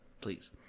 Please